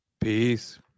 Peace